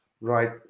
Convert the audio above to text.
right